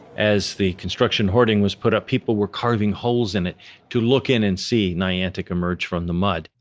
as the construction hoarding was put up people were carving holes in it to look in and see niantic emerge from the mud.